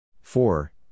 four